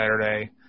Saturday